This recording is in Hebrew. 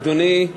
אדוני, זה